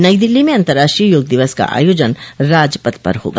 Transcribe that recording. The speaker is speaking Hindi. नई दिल्ली में अंतर्राष्ट्रीय योग दिवस का आयोजन राजपथ पर होगा